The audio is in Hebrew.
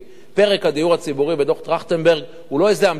פרק הדיור הציבורי בדוח-טרכטנברג הוא לא איזה המצאה,